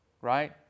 Right